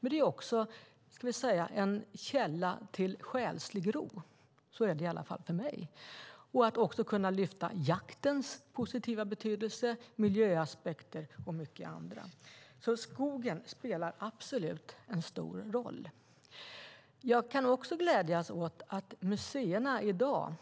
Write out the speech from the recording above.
Men skogen är också en källa till själslig ro; så är det i alla fall för mig. Det handlar också om att kunna lyfta fram jaktens positiva betydelse, miljöaspekter och mycket annat. Skogen spelar absolut en stor roll. Jag kan också glädjas åt att museerna i dag